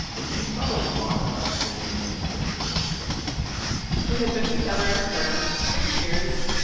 and she's thought a lot about women and gender and marriage we had been together for six years.